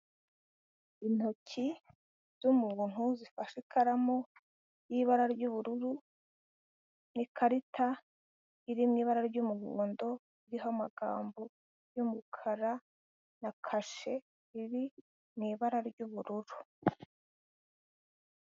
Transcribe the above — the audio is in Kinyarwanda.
Ifoto igaragaza abantu benshi b'abagore bicaye munsi y'ibiti, umugabo wegamye ku giti urabona ko bari mu gihe k'izuba. Hari abacamanza bane bicaye bari gucira umugabo urubanza.